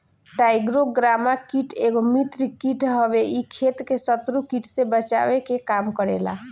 trichogramma कीट एगो मित्र कीट हवे इ खेत के शत्रु कीट से बचावे के काम करेला